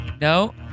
No